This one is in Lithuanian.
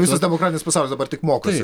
visas demokratinis pasaulis dabar tik mokosi